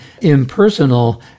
impersonal